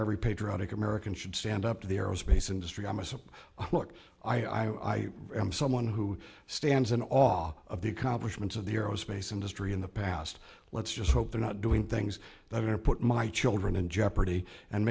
every patriotic american should stand up to the aerospace industry imus look i am someone who stands in all of the accomplishments of the aerospace industry in the past let's just hope they're not doing things that are put my children in jeopardy and